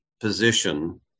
position